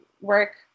work